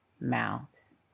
mouths